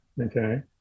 Okay